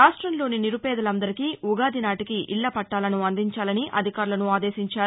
రాష్టంలోని నిరుపేదలందరికీ ఉగాది నాటికి ఇళ్ళ పట్టాలను అందించాలని అధికారులను ఆదేశించారు